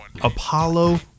Apollo